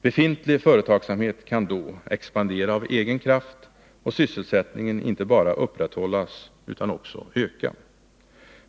Befintlig företagsamhet kan då expandera av egen kraft och sysselsättningen inte bara upprätthållas utan också öka.